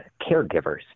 caregivers